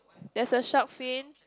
there's a shark fin